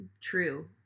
True